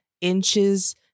inches